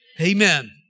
Amen